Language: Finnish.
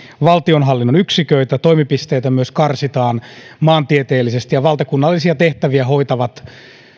valtionhallinnon yksiköitä toimipisteitä myös karsitaan maantieteellisesti ja valtakunnallisia tehtäviä hoitavat